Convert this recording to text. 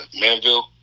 Manville